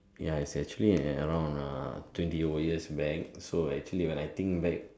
ya it's actually around uh twenty over years back so actually when I think back